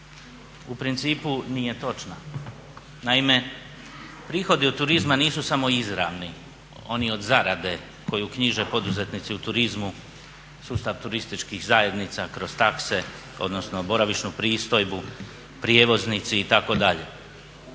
u principu nije točna. Naime, prihodi od turizma nisu samo izravni, oni od zarade koju knjiže poduzetnici u turizmu, sustav turističkih zajednica, kroz takse odnosno boravišnu pristojbu, prijevoznici itd.,